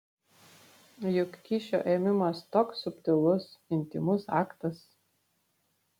juk kyšio ėmimas toks subtilus intymus aktas